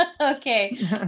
Okay